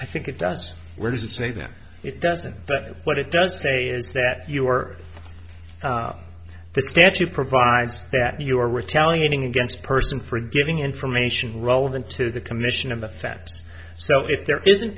i think it does where does it say that it doesn't but what it does say is that you are the statute provides that you are retaliating against person for giving information relevant to the commission of the facts so if there isn't